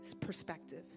perspective